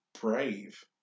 brave